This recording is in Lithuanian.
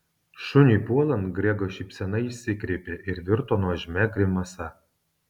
šuniui puolant grego šypsena išsikreipė ir virto nuožmia grimasa